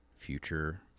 future